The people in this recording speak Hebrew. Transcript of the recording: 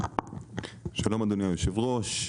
שלום אדוני היושב-ראש,